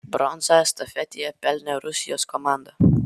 bronzą estafetėje pelnė rusijos komanda